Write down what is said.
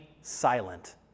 silent